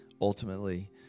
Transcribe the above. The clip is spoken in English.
Ultimately